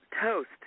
Toast